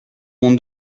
mon